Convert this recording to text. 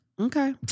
okay